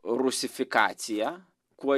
rusifikacija kuo